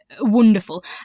wonderful